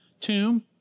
tomb